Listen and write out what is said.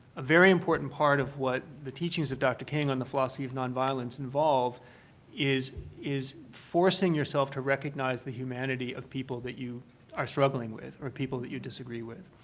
a very important part of what the teachings of dr. king on the philosophy of nonviolence involve is is forcing yourself to recognize the humanity of people that you are struggling with or people that you disagree with.